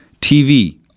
TV